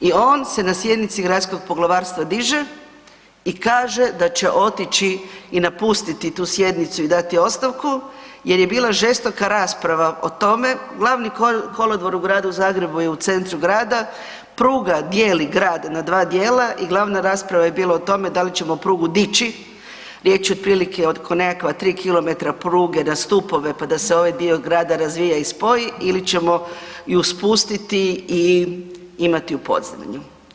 I on se na sjednici Gradskog poglavarstva diže i kaže da će otići i napustiti tu sjednicu i dati ostavku jer je bila žestoka rasprava o tome, Glavni kolodvor u gradu Zagrebu je u centru grada, pruga dijeli grad na djela i glavna rasprava je bila o tome da li ćemo prugu dići, riječ je otprilike oko nekakva 3 km pruge na stupove, pa da se ovaj dio grada razvija i spoji ili ćemo ju spustiti i imati je u podzemlju.